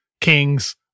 Kings